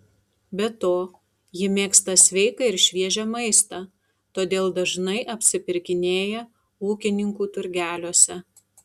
be to ji mėgsta sveiką ir šviežią maistą todėl dažnai apsipirkinėja ūkininkų turgeliuose